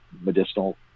medicinal